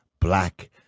black